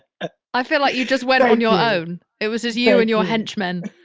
ah i feel like you just went on your own. it was as you and your henchmen